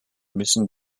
müssen